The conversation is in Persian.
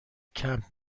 کمپ